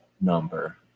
number